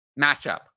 matchup